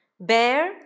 Bear